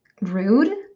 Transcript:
rude